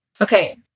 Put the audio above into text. Okay